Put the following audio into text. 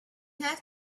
have